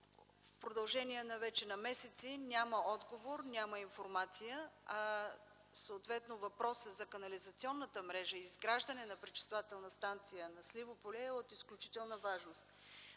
В продължение вече на месеци няма отговор, няма информация, а въпросът за канализационната мрежа и изграждане на пречиствателна станция на Сливо поле е от изключителна важност